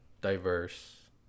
diverse